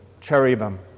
cherubim